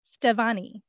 Stevani